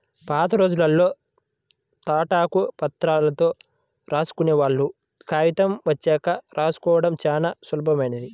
పాతరోజుల్లో తాటాకు ప్రతుల్లో రాసుకునేవాళ్ళు, కాగితం వచ్చాక రాసుకోడం చానా సులభమైంది